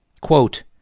quote